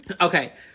Okay